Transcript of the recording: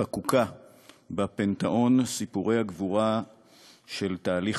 חקוקה בפנתיאון סיפורי הגבורה של תהליך